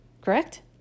Correct